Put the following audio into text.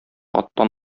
аттан